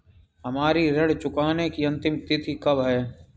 हमारी ऋण चुकाने की अंतिम तिथि कब है?